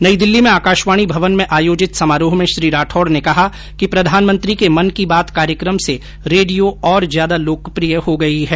नई दिल्ली में आकाशवाणी भवन में आयोजित समारोह में श्री राठौड़ ने कहा कि प्रधानमंत्री के मन की बात कार्यक्रम से रेडियो और ज्यादा लोकप्रिय हो गई है